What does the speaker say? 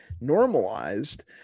normalized